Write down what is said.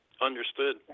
Understood